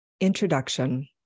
Introduction